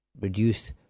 Reduce